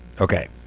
Okay